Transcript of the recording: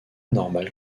normal